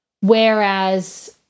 Whereas